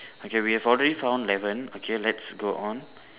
okay we have already found eleven okay let's go on